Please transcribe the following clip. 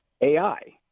AI